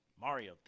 Mario